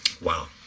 Wow